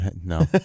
No